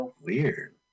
Weird